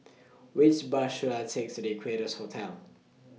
Which Bus should I Take to Equarius Hotel